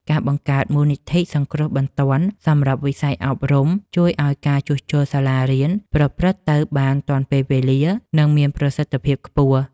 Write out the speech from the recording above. ការបង្កើតមូលនិធិសង្គ្រោះបន្ទាន់សម្រាប់វិស័យអប់រំ ជួយឱ្យការជួសជុលសាលារៀនប្រព្រឹត្តទៅបានទាន់ពេលវេលា និងមានប្រសិទ្ធភាពខ្ពស់។